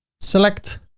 select,